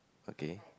okay